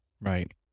Right